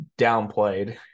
downplayed